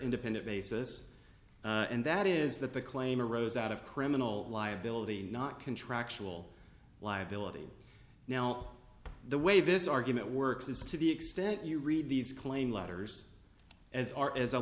independent basis and that is that the claim arose out of criminal liability not contractual liability now the way this argument works is to the extent you read these claim letters as far a